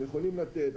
הם יכולים לתת,